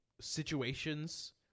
situations